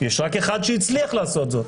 יש רק אחד שהצליח לעשות זאת.